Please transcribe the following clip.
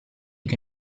che